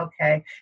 okay